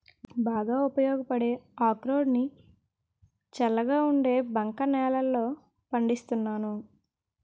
బాగా ఉపయోగపడే అక్రోడ్ ని చల్లగా ఉండే బంక నేలల్లో పండిస్తున్నాను